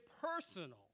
personal